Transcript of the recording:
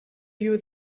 you